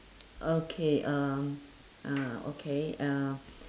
okay um ah okay uh